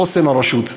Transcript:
חוסן הרשות.